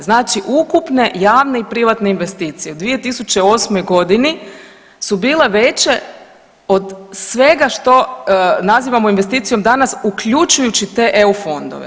Znači ukupne javne i privatne investicije u 2008. godini su bile veće od svega što nazivamo investicijom danas uključujući te EU fondove.